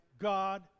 God